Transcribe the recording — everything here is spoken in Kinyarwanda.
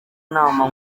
inama